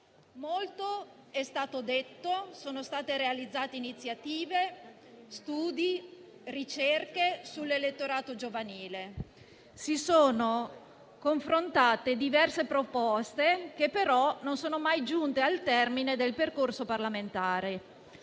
Molto è stato detto, sono stati realizzati iniziative, studi e ricerche sull'elettorato giovanile, si sono confrontate diverse proposte che però non sono mai giunte al termine del percorso parlamentare.